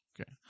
Okay